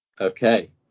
Okay